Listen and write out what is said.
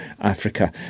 Africa